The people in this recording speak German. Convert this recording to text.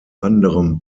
anderem